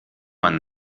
man